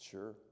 Sure